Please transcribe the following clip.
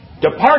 Depart